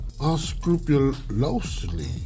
Unscrupulously